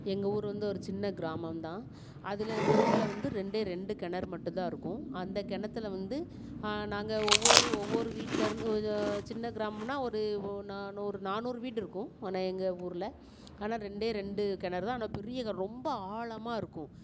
எங்கள் ஊர் வந்து ஒரு சின்ன கிராமம் தான் அதில் ஊரில் வந்து ரெண்டே ரெண்டு கிணறு மட்டும்தான் இருக்கும் அந்த கிணத்துல வந்து நாங்கள் ஒவ்வொரு ஒவ்வொரு வீட்லேருந்தும் சின்ன கிராமம்னா ஒரு ஒ நா நூறு நாநூறு வீடுருக்கும் ஆனால் எங்கள் ஊரில் ஆனால் ரெண்டே ரெண்டு கிணறு தான் ஆனால் பெரிய கிணறு ரொம்ப ஆழமாக இருக்கும்